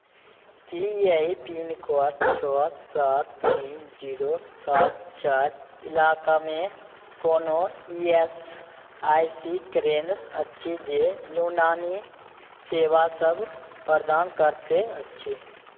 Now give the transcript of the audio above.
कि एहि pin code छओ सात तीन जीरो सात चारि ईलाकामे कोनो ई एस आइ सी केन्द्र अछि जे यूनानी सेवा सब प्रदान करैत अछि